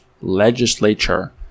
legislature